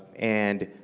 and